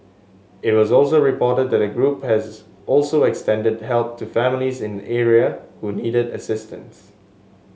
it was also reported that the group has also extended help to families in the area who needed assistance